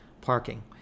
parking